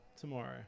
tomorrow